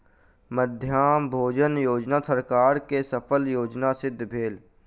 मध्याह्न भोजन योजना सरकार के सफल योजना सिद्ध भेल